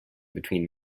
between